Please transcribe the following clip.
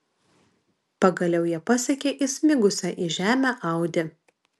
pagaliau jie pasiekė įsmigusią į žemę audi